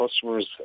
customers